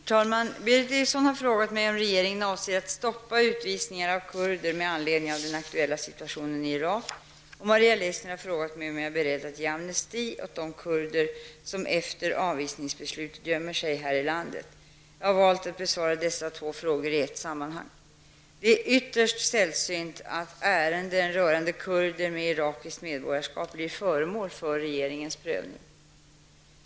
Herr talman! Berith Eriksson har frågat mig om regeringen avser att stoppa utvisningar av kurder med anledning av den aktuella situationen i Irak, och Maria Leissner har frågat om jag är beredd att ge amnesti åt de kurder som efter avvisningsbeslut gömmer sig här i landet. Jag har valt att besvara dessa två frågor i ett sammanhang. Det är ytterst sällsynt att ärenden rörande kurder med irakiskt medborgarskap blir föremål för regeringens prövning.